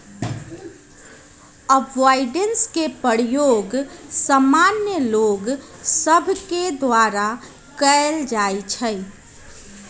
avoidance के प्रयोग सामान्य लोग सभके द्वारा कयल जाइ छइ